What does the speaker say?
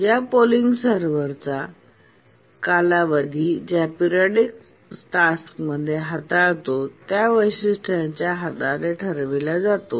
या पोलिंग सर्व्हरचा कालावधी ज्या स्पोरॅडीक टास्क हाताळतो त्या वैशिष्ट्यांच्या आधारे ठरविला जातो